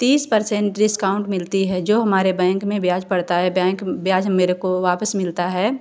तीस percent discount मिलता है जो हमारे बैंक में ब्याज पड़ता है बैंक ब्याज मेरे को वापस मिलता है